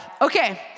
Okay